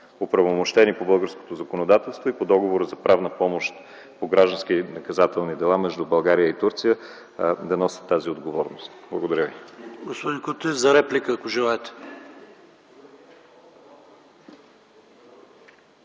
оправомощени по българското законодателство и по Договора за правна помощ по граждански и наказателни дела между България и Турция да носят тази отговорност. Благодаря ви.